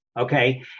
okay